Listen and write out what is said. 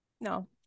no